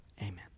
amen